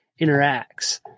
interacts